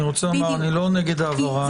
אני רוצה לומר, אני לא נגד ההבהרה.